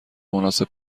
مناسب